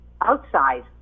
outside